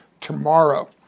tomorrow